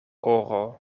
oro